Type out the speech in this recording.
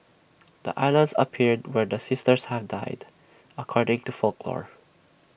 the islands appeared where the sisters had died according to folklore